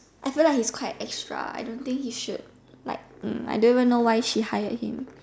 I feel like he's quite extra I don't think he should like I don't even know why she hired him